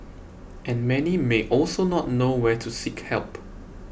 and many may also not know where to seek help